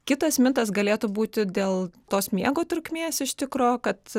kitas mitas galėtų būti dėl tos miego trukmės iš tikro kad